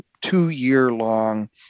two-year-long